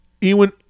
Ewan